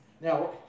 Now